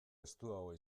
estuagoa